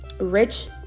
rich